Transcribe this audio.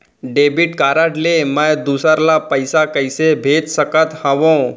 Debit card ले मैं दूसर ला पइसा कइसे भेज सकत हओं?